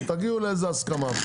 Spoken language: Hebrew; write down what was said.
תגיעו לאיזו הסכמה,